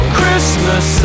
christmas